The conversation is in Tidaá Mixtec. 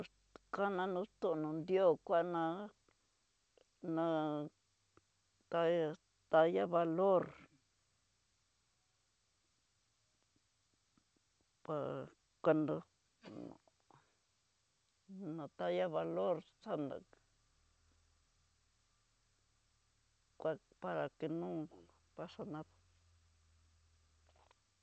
Kana nrió no nrió hó kuana ná'a, tayá tayá valor pa ya cuandó taya valor saná pára que no pasa nadá.